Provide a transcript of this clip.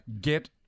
get